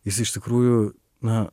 jis iš tikrųjų na